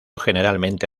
generalmente